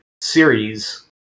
series